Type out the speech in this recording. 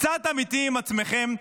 קצת אמיתיים עם עצמכם.